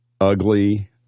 ugly